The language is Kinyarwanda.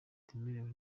butemewe